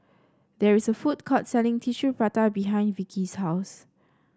there is a food court selling Tissue Prata behind Vickie's house